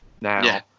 now